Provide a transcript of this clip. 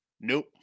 nope